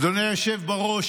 אדוני היושב בראש,